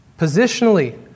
Positionally